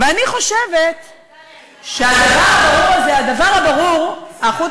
ואני חושבת שהדבר הברור הזה, הדבר הברור, החוט